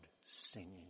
singing